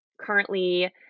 currently